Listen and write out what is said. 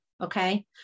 okay